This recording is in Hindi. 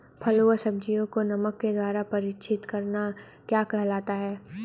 फलों व सब्जियों को नमक के द्वारा परीक्षित करना क्या कहलाता है?